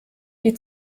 die